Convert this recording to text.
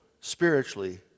spiritually